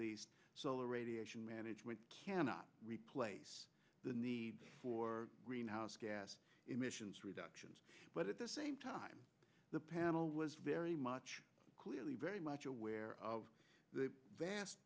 least solar radiation management cannot replace the need for greenhouse gas emissions reductions but at the same time the panel was very much clearly very much aware of the vast